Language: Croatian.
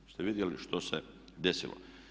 Jeste vidjeli što se desilo?